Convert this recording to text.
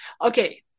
Okay